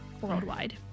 Worldwide